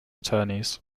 attorneys